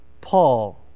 Paul